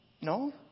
no